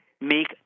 make